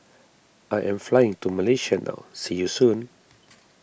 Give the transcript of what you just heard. I am flying to Malaysia now see you soon